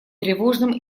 тревожным